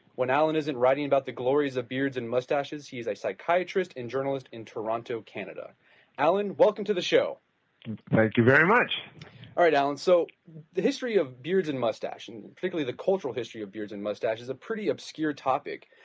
when allan isn't writing about the glories of beards and mustaches, he is a psychiatrist and journalist in toronto, canada allan, welcome to the show thank you very much all right, allan, so the history of beards and mustache, and particularly the cultural history of beards and moustache, is a pretty obscure topic.